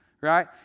right